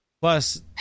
Plus